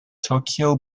tokyo